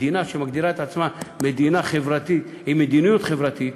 מדינה שמגדירה את עצמה מדינה חברתית עם מדיניות חברתית,